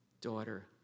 daughter